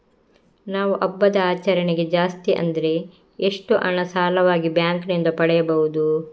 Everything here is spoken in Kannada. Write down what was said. ನಾವು ಹಬ್ಬದ ಆಚರಣೆಗೆ ಜಾಸ್ತಿ ಅಂದ್ರೆ ಎಷ್ಟು ಹಣ ಸಾಲವಾಗಿ ಬ್ಯಾಂಕ್ ನಿಂದ ಪಡೆಯಬಹುದು?